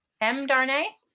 M-Darnay